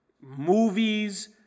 Movies